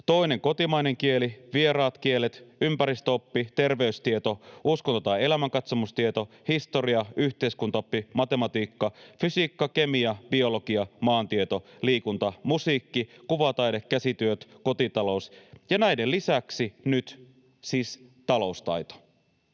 toinen kotimainen kieli, vieraat kielet, ympäristöoppi, terveystieto, uskonto tai elämänkatsomustieto, historia, yhteiskuntaoppi, matematiikka, fysiikka, kemia, biologia, maantieto, liikunta, musiikki, kuvataide, käsityöt, kotitalous ja näiden lisäksi nyt siis taloustaito.